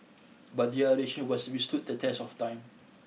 but their relation was withstood the test of time